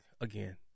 again